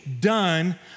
done